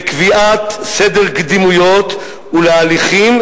לקביעת סדר קדימויות והליכים,